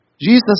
Jesus